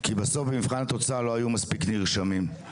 כי בסוף במבחן התוצאה לא היו מספיק נרשמים.